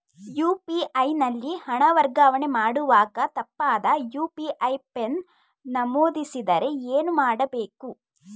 UPI ನಲ್ಲಿ ಹಣ ವರ್ಗಾವಣೆ ಮಾಡುವಾಗ ತಪ್ಪಾದ ಯು.ಪಿ.ಐ ಪಿನ್ ನಮೂದಿಸಿದರೆ ಏನು ಮಾಡಬೇಕು?